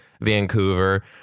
Vancouver